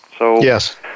Yes